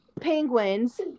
penguins